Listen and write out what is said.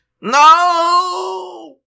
No